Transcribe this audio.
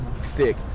stick